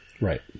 Right